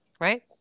Right